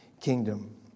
kingdom